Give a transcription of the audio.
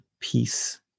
peace